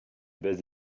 baisse